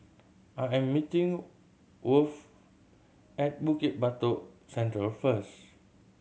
I am meeting Worth at Bukit Batok Central first